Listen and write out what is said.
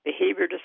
behavior